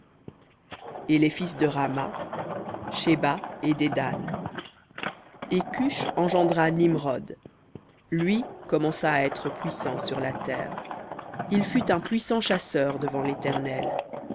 et les fils de rahma sheba et dedan et cush engendra nimrod lui commença à être puissant sur la terre il fut un puissant chasseur devant l'éternel